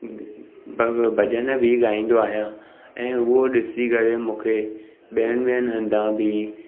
भॼन बि ॻाईंदो आहियां ऐं उहो ॾिसी करे मूंखे ॿियनि ॿियनि हंधा बि